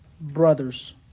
brothers